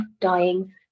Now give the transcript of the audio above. dying